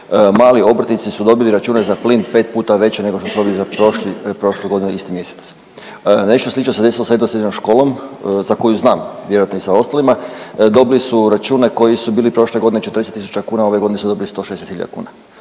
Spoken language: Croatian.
Mali obrtnici su dobili račune za plin 5 puta veće nego što su dobili za prošli, prošlu godinu isti mjesec. Nešto slično se desilo i sa jednom srednjom školom za koju znam, vjerojatno i sa ostalima, dobili su račune koji su bili prošle godine 40 tisuća kuna, ove godine su dobili 160 hiljada kuna.